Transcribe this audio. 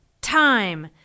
time